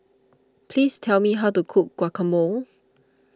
please tell me how to cook Guacamole